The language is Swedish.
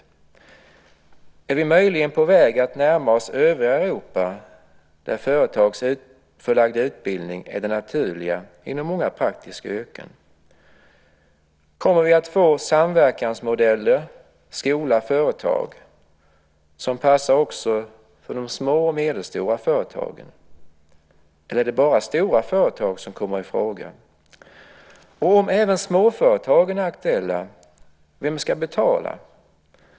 Är vi möjligen på väg att närma oss övriga Europa där företagsförlagd utbildning är det naturliga inom många praktiska yrken? Kommer vi att få samverkansmodeller skola-företag, som också passar för de små och medelstora företagen? Eller kommer bara stora företag i fråga? Om även småföretagen är aktuella inställer sig frågan: Vem ska betala?